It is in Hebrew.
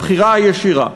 הבחירה הישירה.